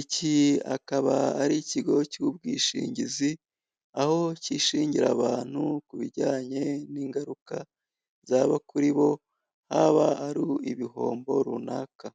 iki akaba ari ikigo cy'ubwishingizi, aho cyishingira abantu ku bijyanye n'ingaruka zaba kuri bo, haba hari ibihombo runaka.